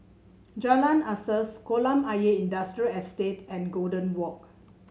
Jalan Asas Kolam Ayer Industrial Estate and Golden Walk